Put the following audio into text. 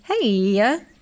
Hey